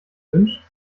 wünscht